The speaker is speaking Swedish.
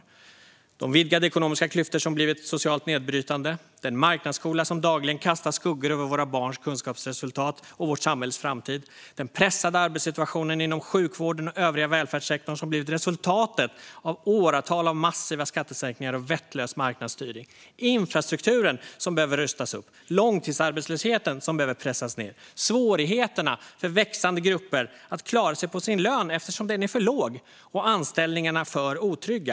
Det handlar om de vidgade ekonomiska klyftor som har blivit socialt nedbrytande, om den marknadsskola som dagligen kastar skuggor över våra barns kunskapsresultat och vårt samhälles framtid och om den pressade arbetssituation inom sjukvården och den övriga välfärdssektorn som blivit resultatet av åratal av massiva skattesänkningar och vettlös marknadsstyrning. Det handlar om infrastrukturen, som behöver rustas upp, och om långtidsarbetslösheten, som behöver pressas ned. Det handlar om svårigheterna för växande grupper att klara sig på sin lön eftersom den är för låg och anställningarna för otrygga.